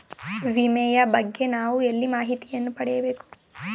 ವಿಮೆಯ ಬಗ್ಗೆ ನಾವು ಎಲ್ಲಿ ಮಾಹಿತಿಯನ್ನು ಪಡೆಯಬೇಕು?